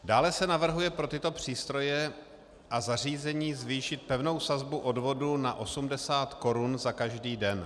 Dále se navrhuje pro tyto přístroje a zařízení zvýšit pevnou sazbu odvodu na 80 korun za každý den.